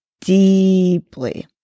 deeply